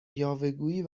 یاوهگویی